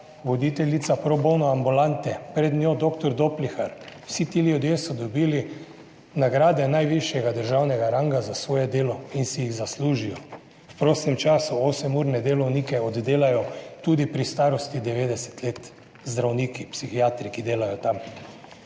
voditeljica pro bono ambulante, pred njo dr. Doplihar, vsi ti ljudje so dobili nagrade najvišjega državnega ranga za svoje delo in si jih zaslužijo v prostem času. 8-urne delovnike oddelajo tudi pri starosti 90 let zdravniki, psihiatri, ki delajo tam.